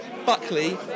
Buckley